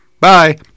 Bye